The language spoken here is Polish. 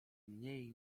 mniej